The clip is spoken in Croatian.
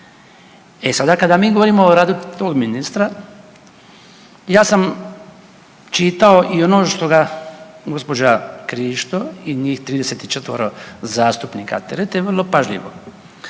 E sada kada mi govorimo o radu tog ministra ja sam čitao i ono što ga gospođa Krišto i njih 34 zastupnika terete vrlo pažljivo.